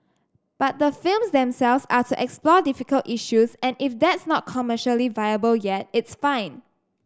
but the films themselves are to explore difficult issues and if that's not commercially viable yet it's fine